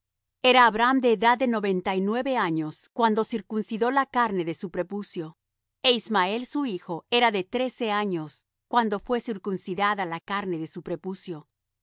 era abraham de edad de noventa y nueve años cuando circuncidó la carne de su prepucio e ismael su hijo era de trece años cuando fué circuncidada la carne de su prepucio